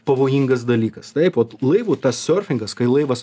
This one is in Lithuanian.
pavojingas dalykas taip ot laivo tas siorfingas kai laivas